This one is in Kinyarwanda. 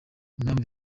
impamvu